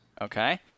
Okay